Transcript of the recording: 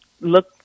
look